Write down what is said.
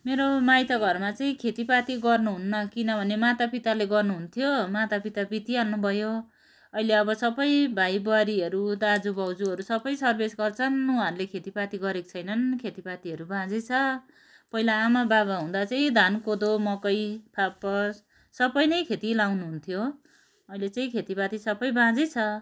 मेरो माइत घरमा चाहिँ खेतीपाती गर्नुहुन्न किनभने माता पिताले गर्नुहुन्थ्यो माता पिता बितिहाल्नु भयो अहिले अब सबै भाइ बुहारीहरू दाजु भाउजूहरू सबै सर्भिस गर्छन् उहाँहरूले खेतीपाती गरेका छैनन् खेतीपातीहरू बाँझै छ पहिला आमा बाबा हुँदा चाहिँ धान कोदो मकै फापर सबै नै खेती लाउनु हुन्थ्यो अहिले चाहिँ खेतीपाती सबै बाँझै छ